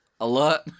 alert